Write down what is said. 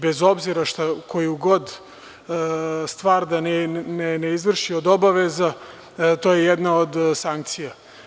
Bez obzira koju god stvar da ne izvrši od obaveza, to je jedna od sankcija.